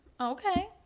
Okay